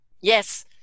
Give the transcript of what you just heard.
Yes